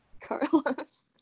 carlos